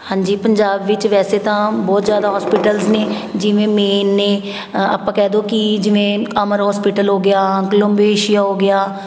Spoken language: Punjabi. ਹਾਂਜੀ ਪੰਜਾਬ ਵਿੱਚ ਵੈਸੇ ਤਾਂ ਬਹੁਤ ਜ਼ਿਆਦਾ ਹੋਸਪੀਟਲਸ ਨੇ ਜਿਵੇਂ ਮੇਨ ਨੇ ਆਪਾਂ ਕਹਿ ਦਿਉ ਕਿ ਜਿਵੇਂ ਅਮਰ ਹੋਸਪੀਟਲ ਹੋ ਗਿਆ ਕੋਲੰਬ ਏਸ਼ੀਆ ਹੋ ਗਿਆ